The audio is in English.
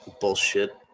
Bullshit